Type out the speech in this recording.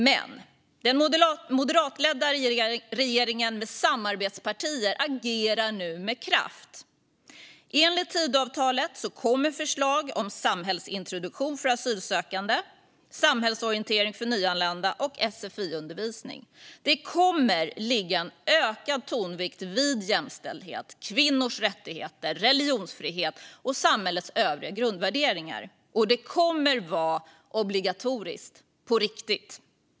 Men den moderatledda regeringen med samarbetspartier agerar nu med kraft. Enligt Tidöavtalet kommer förslag om samhällsintroduktion för asylsökande, samhällsorientering för nyanlända och sfi-undervisning. Det kommer att ligga en ökad tonvikt vid jämställdhet, kvinnors rättigheter, religionsfrihet och samhällets övriga grundvärderingar. Och detta kommer att vara obligatoriskt - på riktigt.